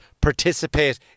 participate